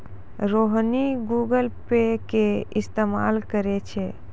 Rohini Google Pay के इस्तेमाल करै छै